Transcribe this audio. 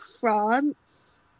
France